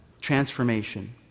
transformation